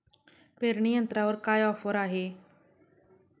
पेरणी यंत्रावर काय ऑफर आहे?